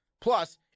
Plus